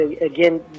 again